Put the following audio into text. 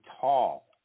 tall